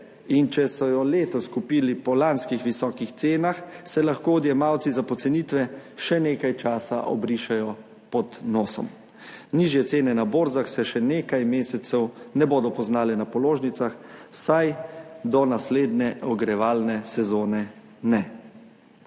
in če so jo letos kupili po lanskih visokih cenah, se lahko odjemalci za pocenitve še nekaj časa obrišejo pod nosom. Nižje cene na borzah se še nekaj mesecev ne bodo poznale na položnicah, vsaj do naslednje ogrevalne sezone ne.